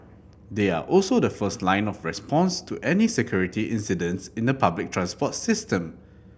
they are also the first line of response to any security incidents in the public transport system